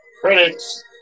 Credits